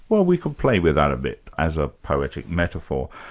well we could play with that a bit, as a poetic metaphor.